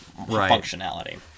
functionality